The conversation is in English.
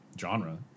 genre